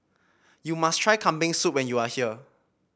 you must try Kambing Soup when you are here